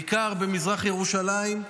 בעיקר במזרח ירושלים,